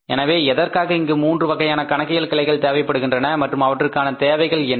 எனவே எதற்காக இங்கு மூன்று வகையான கணக்கியல் கிளைகள் தேவைப்படுகின்றன மற்றும் அவற்றுக்கான தேவைகள் என்ன